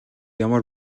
ямар